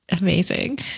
Amazing